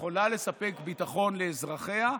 ביטחון לאזרחיה,